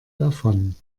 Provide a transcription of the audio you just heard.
davon